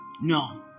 No